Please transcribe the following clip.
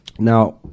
Now